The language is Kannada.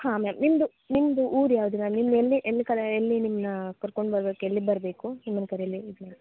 ಹಾಂ ಮ್ಯಾಮ್ ನಿಮ್ದು ನಿಮ್ದು ಊರು ಯಾವುದು ಮ್ಯಾಮ್ ನಿಮ್ಮನ್ನ ಎಲ್ಲಿ ಎಲ್ಲಿ ಕಲೆ ಎಲ್ಲಿ ನಿಮ್ಮನ್ನ ಕರ್ಕೊಂಡು ಬರ್ಬೇಕು ಎಲ್ಲಿಗೆ ಬರ್ಬೇಕು ನಿಮ್ಮನ್ನು ಕರೀಲೀಕೆ